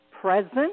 present